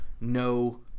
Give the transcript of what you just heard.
no